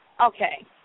Okay